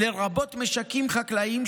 לרבות משקים חקלאיים,